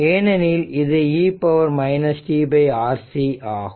ஏனெனில் இது e tRC ஆகும்